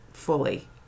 fully